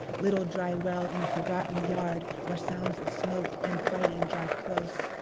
little dry well in a forgotten yard where sounds of smoke and fighting drive close.